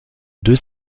deux